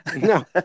No